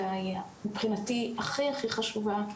ומבחינתי הכי חשובה,